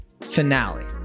finale